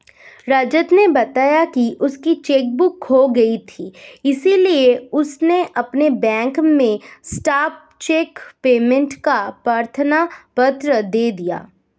रजत ने बताया की उसकी चेक बुक खो गयी थी इसीलिए उसने अपने बैंक में स्टॉप चेक पेमेंट का प्रार्थना पत्र दे दिया